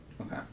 Okay